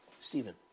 Stephen